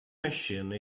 machine